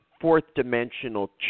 fourth-dimensional